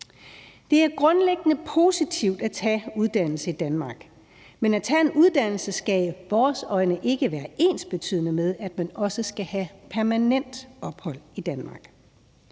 Det er grundlæggende positivt at tage uddannelse i Danmark, men at tage en uddannelse skal i vores øjne ikke være ensbetydende med, at man også skal have permanent ophold i Danmark.